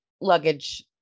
luggage